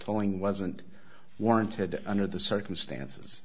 towing wasn't warranted under the circumstances